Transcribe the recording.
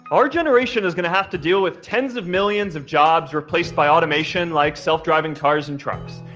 our generation is going to have to deal with tens of millions of jobs replaced by automation, like self-driving cars and trucks.